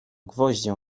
gwoździem